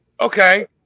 Okay